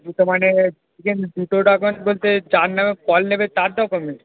দুটো মানে দুটো ডকুমেন্টস বলতে যার নামে কল নেবে তার ডকুমেন্ট